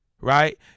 right